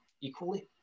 equally